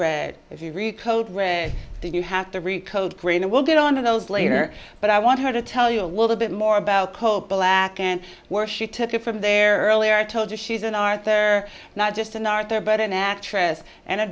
red if you read code red did you have to read code green and we'll get on to those later but i want her to tell you a little bit more about coal black and where she took it from there earlier told her she's an art there not just an art there but an actress and a